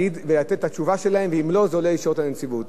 הדברים האלה שנעשו יש בהם תועלת גדולה.